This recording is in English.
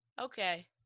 Okay